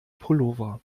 pullover